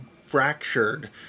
fractured